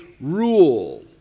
rule